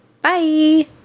Bye